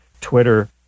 Twitter